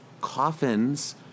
coffins